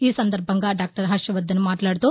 ఈ సందర్బంగా డాక్టర్ హర్షవర్దన్ మాట్లాడుతూ